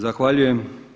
Zahvaljujem.